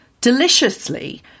deliciously